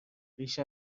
ریشه